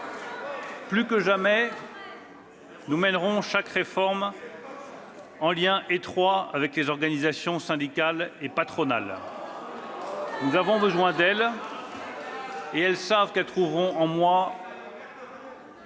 Plus que jamais, nous mènerons chaque réforme en lien étroit avec les organisations syndicales et patronales. » À quel âge, la retraite ?« Nous avons besoin d'elles, et elles savent qu'elles trouveront en moi